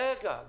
רגע.